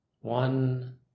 one